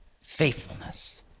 faithfulness